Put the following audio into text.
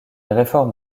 réforme